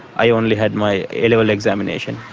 i only had my a level examination,